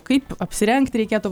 kaip apsirengti reikėtų vaikams